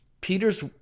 Peter's